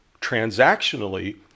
transactionally